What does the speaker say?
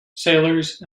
sailors